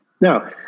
now